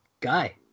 guy